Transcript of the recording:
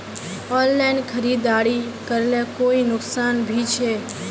Online खरीदारी करले कोई नुकसान भी छे?